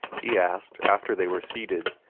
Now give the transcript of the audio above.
he asked, after they were seated,